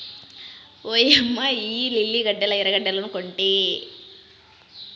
ఓయమ్మ ఇయ్యి లిల్లీ గడ్డలా ఎర్రగడ్డలనుకొంటి